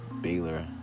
Baylor